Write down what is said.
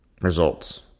results